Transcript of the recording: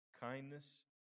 kindness